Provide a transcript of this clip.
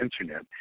Internet